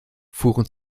fuhren